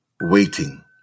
waiting